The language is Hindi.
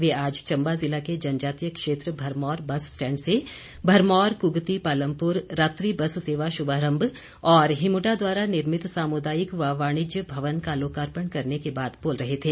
वे आज चंबा जिला के जनजातीय क्षेत्र भरमौर बस स्टेंड से भरमौर कृगती पालमपुर रात्री बस सेवा शुभारंभ और हिमुडा द्वारा निर्मित सामुदायिक व वाणिज्य भवन का लोकार्पण करने के बाद बोल रहे थे